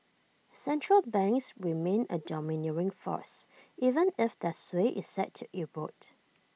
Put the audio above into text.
central banks remain A domineering force even if their sway is set to erode